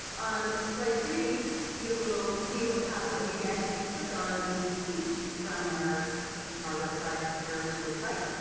on slide three you will see what how what you get if you click on teach from our our website our original website.